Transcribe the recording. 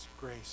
grace